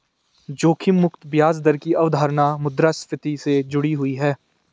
जोखिम मुक्त ब्याज दर की अवधारणा मुद्रास्फति से जुड़ी हुई है